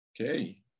Okay